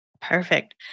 Perfect